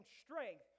strength